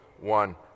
one